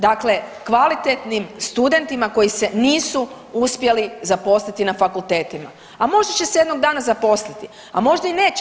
Dakle, kvalitetnim studentima koji se nisu uspjeli zaposliti na fakultetima, a možda će se jednog dana zaposliti, a možda i neće.